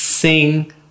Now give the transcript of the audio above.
Sing